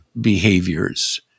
behaviors